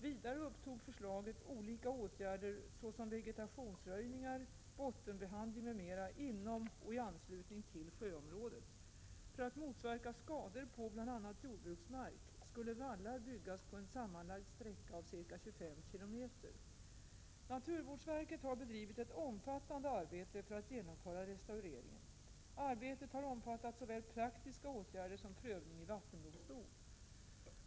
Vidare upptog förslaget olika åtgärder såsom vegetationsröjningar, bottenbehandling m.m. inom och i anslutning till sjöområdet. För att motverka skador på bl.a. jordbruksmark skulle vallar byggas på en sammanlagd sträcka av ca 25 km. Naturvårdsverket har bedrivit ett omfattande arbete för att genomföra restaureringen. Arbetet har omfattat såväl praktiska åtgärder som prövning i vattendomstol.